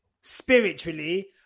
spiritually